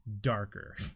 darker